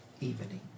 Evening